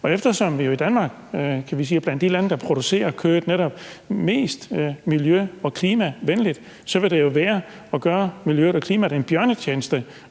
Eftersom vi i Danmark er blandt de lande, der netop producerer kødet mest miljø- og klimavenligt, vil det jo være at gøre miljøet og klimaet en bjørnetjeneste